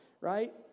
right